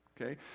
okay